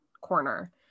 corner